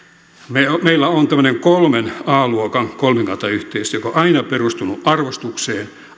meillä on tämmöinen kolmen a luokan kolmikantayhteistyö joka on aina perustunut arvostukseen